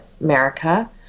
America